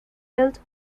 built